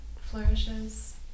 flourishes